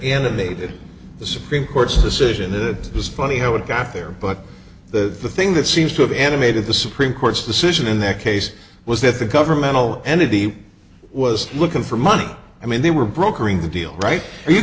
animated the supreme court's decision that it was funny how it got there but the thing that seems to have animated the supreme court's decision in that case was that the governmental entity was looking for money i mean they were brokering the deal right